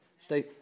Stay